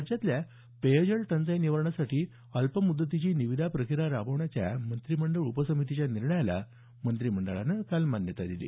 राज्यातल्या पेयजल टंचाई निवारणासाठी अल्प मुदतीची निविदा प्रक्रिया राबवण्याच्या मंत्रिमंडळ उपसमितीच्या निर्णयाला मंत्रिमंडळानं काल मान्यता दिली